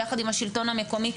ויחד עם השלטון המקומי,